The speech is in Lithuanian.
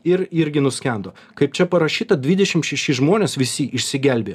ir irgi nuskendo kaip čia parašyta dvidešim šeši žmonės visi išsigelbėjo